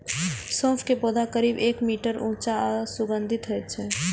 सौंफ के पौधा करीब एक मीटर ऊंच आ सुगंधित होइ छै